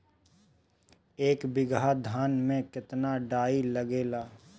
एक बीगहा धान में केतना डाई लागेला?